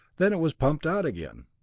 then it was pumped out again.